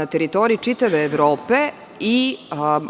na teritoriji čitave Evrope i